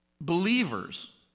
believers